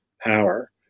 power